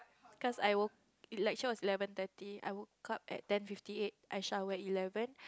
cause I woke lecture is eleven thirty I woke up at ten fifty eight I shower eleven